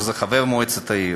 חבר מועצת העיר.